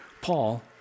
Paul